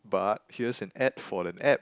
but here's an ad for an app